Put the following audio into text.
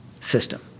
system